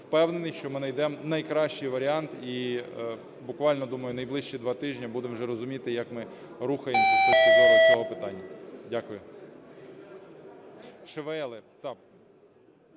Впевнений, що ми найдемо найкращий варіант, і буквально, думаю, найближчі два тижні будемо вже розуміти, як ми рухаємося з точки зору цього питання. Дякую.